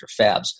fabs